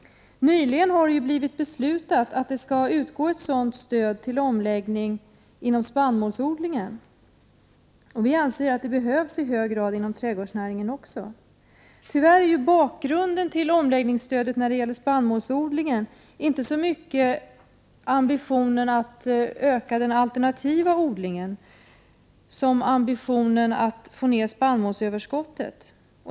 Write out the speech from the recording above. Nyligen har det beslutats att stöd till sådan omläggning kan utgå inom spannmålsodlingen. Vi anser att ett sådant stöd i hög grad också behövs inom trädgårdsnäringen. Tyvärr är bakgrunden till omläggningsstödet inom spannmålsodlingen inte så mycket ambitionen att öka den alternativa odlingen som ambitionen att minska spannmålsöverskottet.